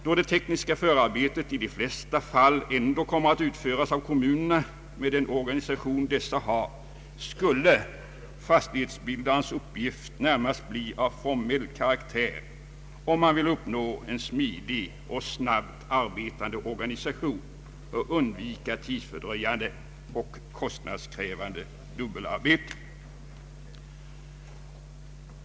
Då det tekniska förarbetet i de flesta fall ändock kommer att utföras av kommunerna med den organisation dessa har, skulle fastighetsbildarens uppgift närmast bli av formell karaktär, om man vill uppnå en smidig och snabbt arbetande organisation och undvika tidsfördröjande och kostnadskrävande dubbelarbete.